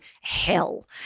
hell